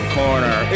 corner